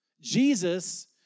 Jesus